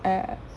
ya